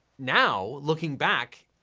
now looking back,